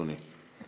אדוני.